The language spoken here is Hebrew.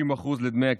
אין בעיה.